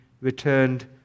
returned